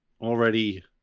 already